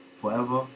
forever